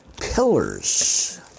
pillars